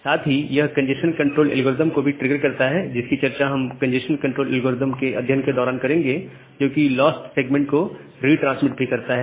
साथ ही यह कंजेशन कंट्रोल एल्गोरिदम को भी ट्रिगर करता है जिसकी चर्चा हम कंजेशन कंट्रोल एल्गोरिदम के अध्ययन के दौरान करेंगे जो कि लॉस्ट सेगमेंट को रिट्रांसमिट भी करता है